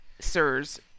Sir's